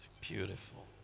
Beautiful